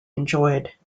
enjoyed